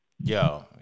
yo